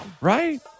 Right